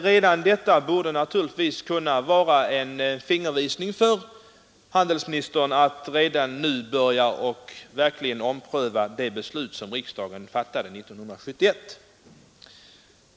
Redan detta borde vara en fingervisning för handelsministern att ompröva det beslut riksdagen fattade 1971.